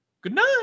goodnight